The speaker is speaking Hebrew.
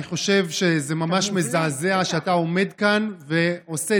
אני חושב שזה ממש מזעזע שאתה עומד כאן ועושה